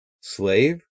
Slave